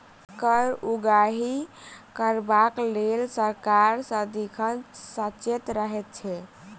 कर उगाही करबाक लेल सरकार सदिखन सचेत रहैत छै